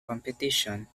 competition